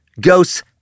ghosts